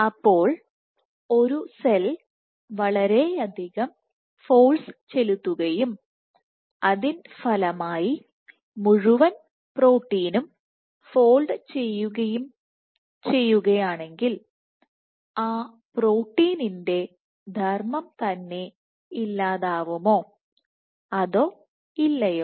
അപ്പോൾ ഒരു സെൽ വളരെയധികം ഫോഴ്സ് ചെലുത്തുകയും അതിൻ ഫലമായി മുഴുവൻ പ്രോട്ടീനും ഫോൾഡ് ചെയ്യുകയാണെങ്കിൽആ പ്രോട്ടീന്റെ Protein ധർമ്മം തന്നെ ഇല്ലാതാവുമോ അതോ ഇല്ലയോ